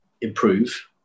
improve